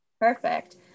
perfect